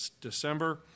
December